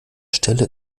stelle